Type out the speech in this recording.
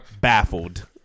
baffled